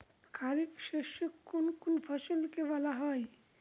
খারিফ শস্য কোন কোন ফসলকে বলা হয়?